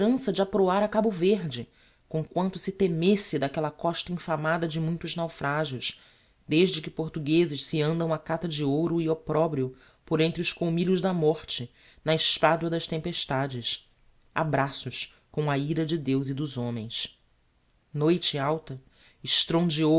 de aproar a cabo verde com quanto se temesse d'aquella costa infamada de muitos naufragios desde que portuguezes se andam á cata de ouro e opprobrio por entre os colmilhos da morte na espadoa das tempestades a braços com a ira de deus e dos homens noite alta estrondeou